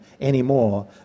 anymore